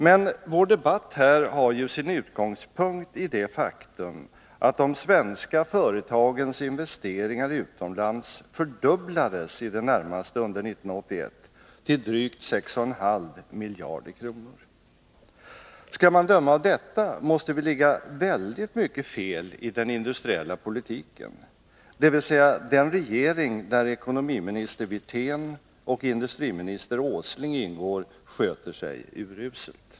Men vår debatt här har sin utgångspunkt i det faktum, att de svenska företagens investeringar utomlands fördubblades i det närmaste under 1981 till drygt 6,5 miljarder kronor. Skall man döma av detta måste vi ligga väldigt mycket fel i den industriella politiken, dvs. den regering där ekonomiminister Wirtén och industriminister Åsling ingår sköter sig uruselt.